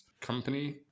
company